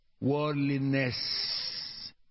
Worldliness